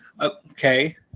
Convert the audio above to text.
Okay